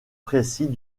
précis